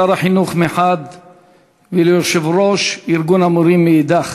שר החינוך מחד גיסא ואל יושב-ראש ארגון המורים מאידך